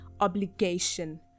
obligation